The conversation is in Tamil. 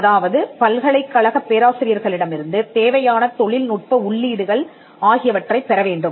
அதாவது பல்கலைக்கழகப் பேராசிரியர்களிடமிருந்து தேவையான தொழில்நுட்ப உள்ளீடுகள் ஆகியவற்றைப் பெற வேண்டும்